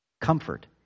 Comfort